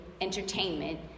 entertainment